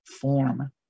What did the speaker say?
form